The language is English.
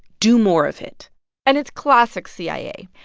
do more of it and it's classic cia.